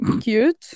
Cute